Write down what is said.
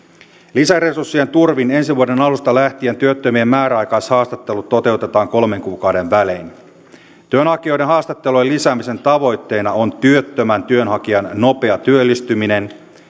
lisäresurssien turvin ensi vuoden alusta lähtien työttömien määräaikaishaastattelut toteutetaan kolmen kuukauden välein työnhakijoiden haastattelujen lisäämisen tavoitteena on työttömän työnhakijan nopea työllistyminen